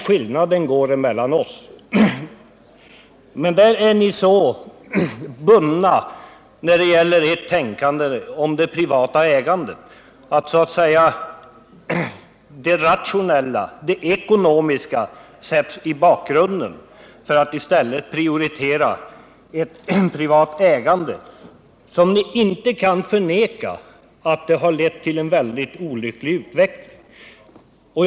Skillnaden mellan uppfattningarna ligger däri att de borgerliga är så bundna vid det privata ägandet att det ekonomiskt rationella sätts i bakgrunden. I stället prioriterar ni ett privat ägande som — det kan ni inte förneka — har lett till en ytterst olycklig utveckling.